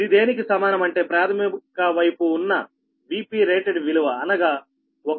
ఇది దేనికి సమానం అంటే ప్రాథమిక వైపు ఉన్నVp రేటెడ్ విలువ అనగా 1